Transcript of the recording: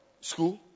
school